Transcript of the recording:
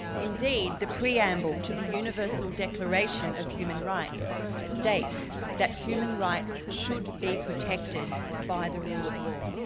indeed, the preamble to the universal declaration of human rights states that human rights should be protected by the rule of law.